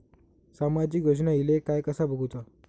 सामाजिक योजना इले काय कसा बघुचा?